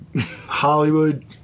Hollywood